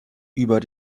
über